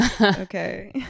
Okay